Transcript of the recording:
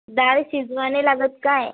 डाळ शिजवावी लागते काय